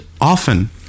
often